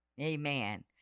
Amen